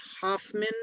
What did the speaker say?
Hoffman